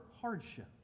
hardship